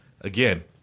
again